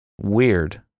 Weird